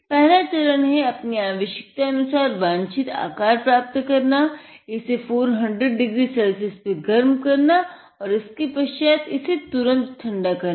पहला चरण है अपनी आवशयकतानुसार वाँछित आकार प्राप्त करना और इसे 400 डिग्री सेल्सियस पर गर्म करना तथा इसके पश्चात तुरंत इसे ठंडा करना